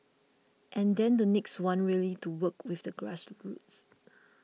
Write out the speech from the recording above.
and then the next one really to work with the grassroots